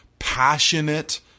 passionate